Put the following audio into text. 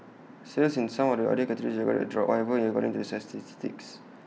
sales in some of the other categories recorded A drop however categories to the statistics